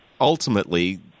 ultimately